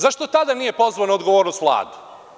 Zašto tada nije pozvao na odgovornost Vladu?